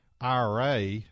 IRA